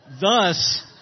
thus